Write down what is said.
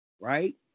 Right